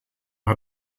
hat